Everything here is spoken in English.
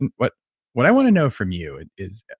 and what what i want to know from you is,